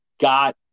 Got